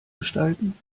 gestalten